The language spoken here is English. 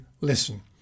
listen